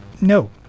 No